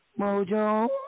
Mojo